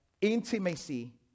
Intimacy